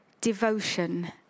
devotion